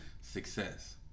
success